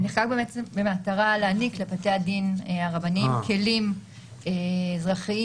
נחקק במטרה להעניק לבתי הדין הרבניים כלים אזרחים